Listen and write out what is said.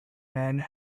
men